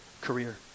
career